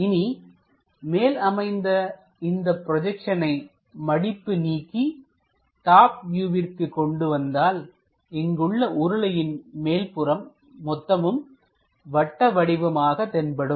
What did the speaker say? இனி மேல் அமைந்த இந்த ப்ரொஜெக்ஷனை மடிப்பு நீக்கி டாப் வியூவிற்கு கொண்டு வந்தால் இங்குள்ள உருளையின் மேல்புறம் மொத்தமும் வட்டவடிவமாக தென்படும்